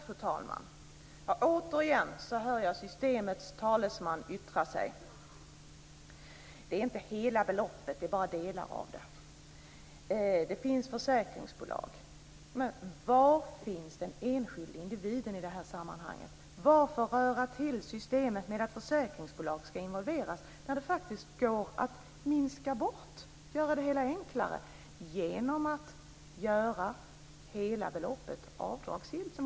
Fru talman! Återigen hör jag systemets talesman yttra sig: Det är inte hela beloppet; det är bara delar av det. Det finns försäkringsbolag. Var finns den enskilda individen i det här sammanhanget? Varför röra till systemet med att försäkringsbolag ska involveras när det faktiskt går att göra det hela enklare genom att göra hela det rånade beloppet avdragsgillt?